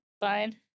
Fine